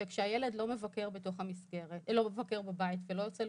וכשהילד לא מבקר בבית ולא יוצא לחופשות,